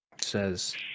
says